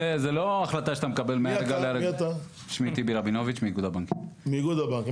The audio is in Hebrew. שמי טיבי רבינוביץ מאיגוד הבנקים.